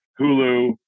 Hulu